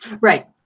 Right